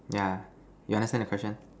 yeah you understand the question